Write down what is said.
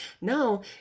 now